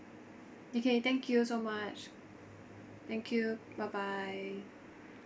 okay thank you so much thank you bye bye